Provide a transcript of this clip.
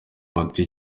umuti